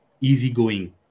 easygoing